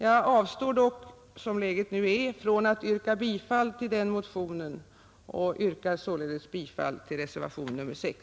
Jag avstår dock, som läget nu är, från att yrka bifall till den motionen och yrkar således bifall till reservationen 6.